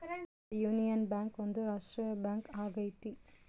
union Bank ಒಂದು ರಾಷ್ಟ್ರೀಯ bank ಆಗೈತಿ